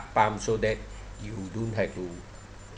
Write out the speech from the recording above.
pump so that you don't have to